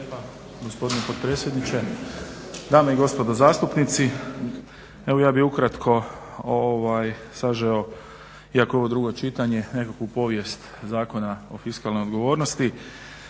gospodine potpredsjedniče. Dame i gospodo zastupnici, evo ja bih ukratko sažeo iako je ovo drugo čitanje, nekakvu povijest Zakona o fiskalnoj odgovornosti.